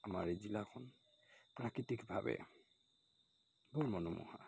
আমাৰ এই জিলাখন প্ৰাকৃতিকভাৱে বহু মনোমোহা